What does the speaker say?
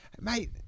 Mate